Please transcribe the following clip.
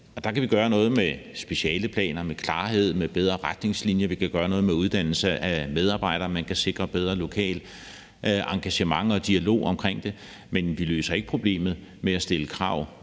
Der kan vi gøre noget med specialeplaner, med klarhed, med bedre retningslinjer; vi kan gøre noget med uddannelse af medarbejdere; man kan sikre bedre lokalt engagement og dialog omkring det. Men vi løser ikke problemet ved at stille krav